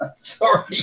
Sorry